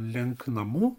link namų